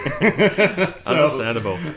Understandable